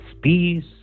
peace